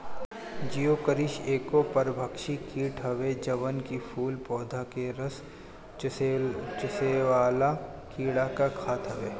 Geocoris एगो परभक्षी कीट हवे जवन की फूल पौधा के रस चुसेवाला कीड़ा के खात हवे